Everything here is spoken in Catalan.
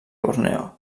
borneo